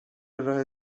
راه